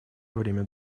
время